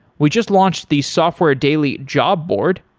we just launched the software daily job board.